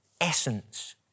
essence